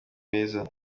beza